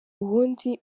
ubundi